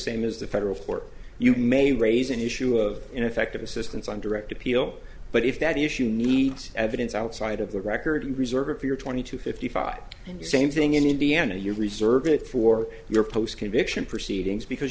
same as the federal court you may raise an issue of ineffective assistance on direct appeal but if that issue needs evidence outside of the record reserve if you're twenty two fifty five and the same thing in indiana you reserve it for your post conviction proceedings because